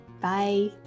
Bye